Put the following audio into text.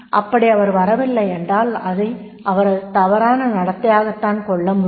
அப்படி அவர் வரவில்லையெனில் அதை அவரது தவறான நடத்தையாகத்தான் கொள்ளமுடியும்